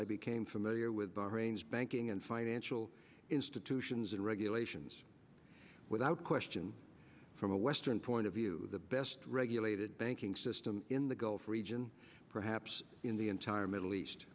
i became familiar with bahrain's banking and financial institutions and regulations without question from a western point of view the best regulated banking system in the gulf region perhaps in the entire middle east